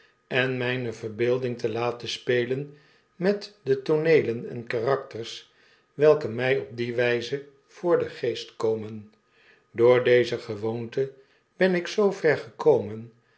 en mijne verbeeldidg te laten spelen met de tooneelen en karakters welke my op die wyze voor den geest komen door deze gewoonte ben ik zoo ver gekomen